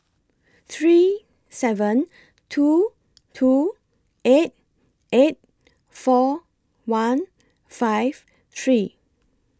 three seven two two eight eight four one five three